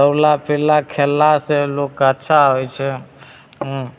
दौड़ला फिरला खेललासे लोकके अच्छा होइ छै हुँ